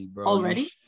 already